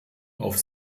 auf